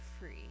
free